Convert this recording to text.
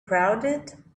crowded